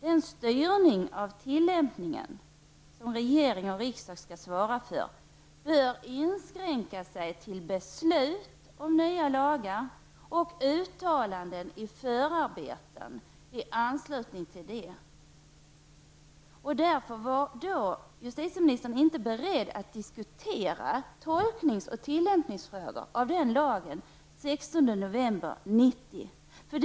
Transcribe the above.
Den styrning av tillämpningen som regering och riksdag skall svara för bör inskränka sig till beslut om nya lagar och uttalanden i förarbeten i anslutning till det.'' Därför var inte justitieministern den 16 november 1990 beredd att diskutera lagens tolkning och tillämpning.